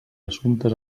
assumptes